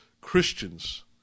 christians